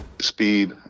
speed